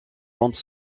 bandes